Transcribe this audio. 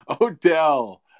Odell